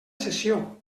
sessió